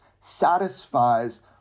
satisfies